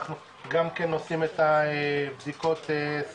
אנחנו גם כן עושים את הבדיקות שיער